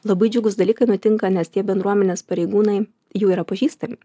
labai džiugūs dalykai nutinka nes tie bendruomenės pareigūnai jau yra pažįstami